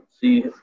see